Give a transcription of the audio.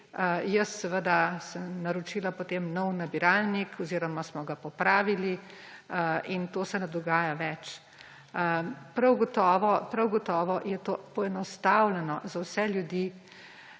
sem potem naročila nov nabiralnik oziroma smo ga popravili in to se ne dogaja več. Prav gotovo je to poenostavljeno za vse ljudi,